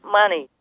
money